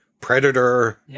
predator